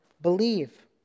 believe